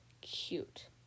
cute